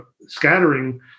scattering